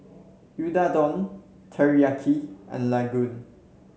Unadon Teriyaki and Ladoo